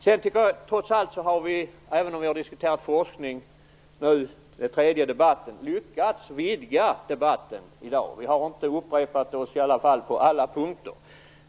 Vi har nu i tre debatter diskuterat forskning. Trots allt har vi lyckats vidga debatten i dag. Vi har inte upprepat oss, i alla fall inte på alla punkter.